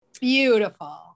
Beautiful